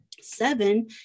Seven